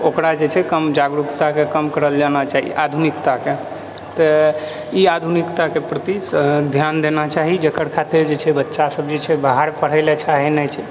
ओकरा जे छै कम जागरूकताके कम करल जाना चाही आधुनिकताके तऽ ई आधुनिकताके प्रति ध्यान देना चाही जेकर खातिर जे छै बच्चा सब जे छै बाहर पढ़ए ल चाहैत नहि छै